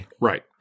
Right